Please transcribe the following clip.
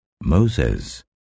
Moses